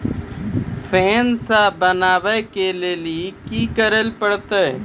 फेर सॅ बनबै के लेल की करे परतै?